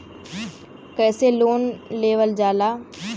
कैसे लोन लेवल जाला?